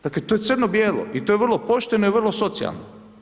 Dakle to je crno bijelo i to je vrlo pošteno i vrlo socijalno.